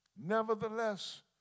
nevertheless